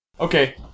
Okay